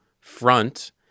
front